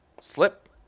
slip